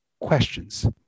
Questions